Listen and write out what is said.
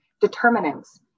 determinants